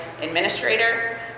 administrator